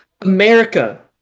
America